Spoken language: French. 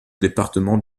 département